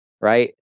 right